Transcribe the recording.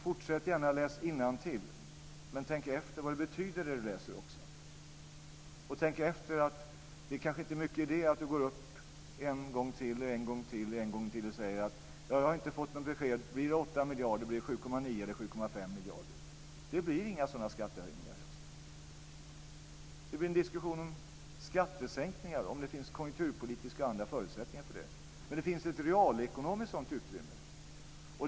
Fortsätt gärna att läsa innantill, Mats Odell, men tänk efter vad det du läser betyder. Det kanske inte är mycket idé att Mats Odell gång efter annan går upp i talarstolen och säger att han inte har fått något besked om det blir 8, 7,9 eller 7,5 miljarder. Det blir inga sådana skattehöjningar i höst. Det blir en diskussion om skattesänkningar, om det finns konjunkturpolitiska och andra förutsättningar för det. Det finns ett realekonomiskt sådant utrymme.